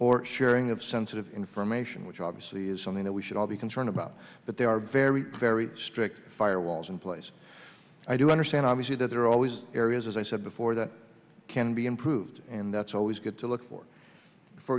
or sharing of sensitive information which obviously is something that we should all be concerned about but there are very very strict firewalls in place i do understand obviously that there are always areas as i said before that can be improved and that's always good to look for for